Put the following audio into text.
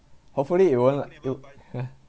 hopefully it won't lah it